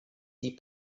die